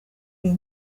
uyu